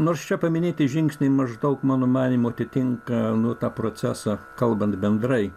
nors čia paminėti žingsniai maždaug mano manymu atitinka nu tą procesą kalbant bendrai